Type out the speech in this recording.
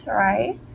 right